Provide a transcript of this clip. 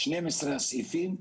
12 הסעיפים,